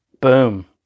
Boom